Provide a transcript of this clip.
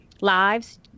lives